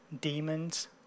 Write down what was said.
demons